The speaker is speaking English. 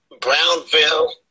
Brownville